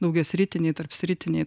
daugiasritiniai tarpsritiniai